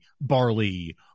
barley